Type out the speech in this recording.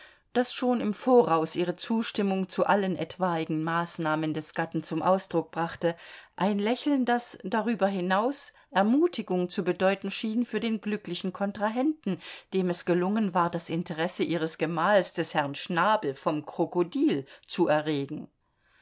das schon im voraus ihre zustimmung zu allen etwaigen maßnahmen des gatten zum ausdruck brachte ein lächeln das drüber hinaus ermutigung zu bedeuten schien für den glücklichen kontrahenten dem es gelungen war das interesse ihres gemahls des herrn schnabel vom krokodil zu erregen